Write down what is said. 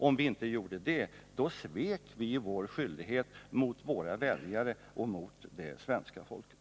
Om vi inte gjorde det, skulle vi svika vår skyldighet mot våra väljare och mot det svenska folket.